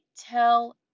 tell